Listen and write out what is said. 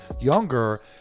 younger